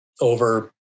over